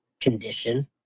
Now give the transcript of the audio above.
condition